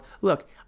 Look